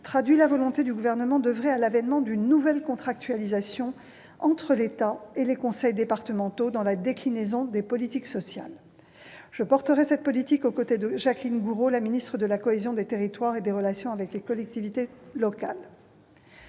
traduit la volonté du Gouvernement d'oeuvrer à l'avènement d'une nouvelle contractualisation entre l'État et les conseils départementaux dans la déclinaison des politiques sociales. Je mènerai cette politique de concert avec Jacqueline Gourault, ministre de la cohésion des territoires et des relations avec les collectivités territoriales.